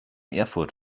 erfurt